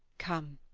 come,